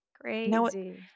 Crazy